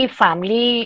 family